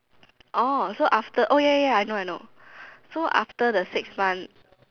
orh so after oh ya ya ya I know I know so after the six months